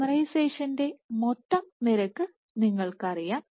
പോളിമറൈസേഷന്റെ മൊത്തം നിരക്ക് നിങ്ങൾക്കറിയാം